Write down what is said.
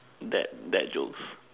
that bad jokes